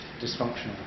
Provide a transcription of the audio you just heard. dysfunctional